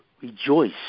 rejoice